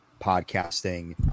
podcasting